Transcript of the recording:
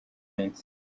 minsi